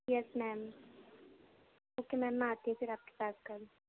یس ma'am okay ma'am میں آتی پھر آپ کے پاس کل